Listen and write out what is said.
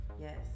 yes